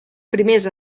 primers